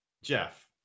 Jeff